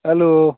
hello